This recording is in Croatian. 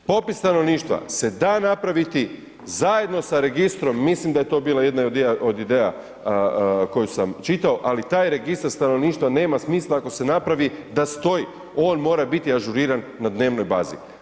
Popis stanovništva se da napraviti zajedno sa registrom, mislim da je to bila jedna od ideja koju sam čitao, ali taj registar stanovništva nema smisla ako se napravi da stoji, on mora biti ažuriran na dnevnoj bazi.